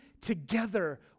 together